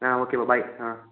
okay బా bye